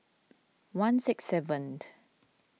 one six seven